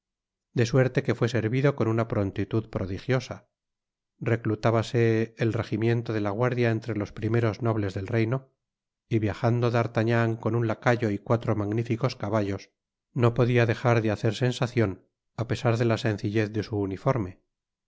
de suerte que fué servido con una prontitud prodigiosa reclutábase el regimiento de la guardia entre los primeros nobles del reino y viajando d'artagnan con un lacayo y cuatro magnificos caballos no podia dejar de hacer sensacion apesar de la sencillez de su uniforme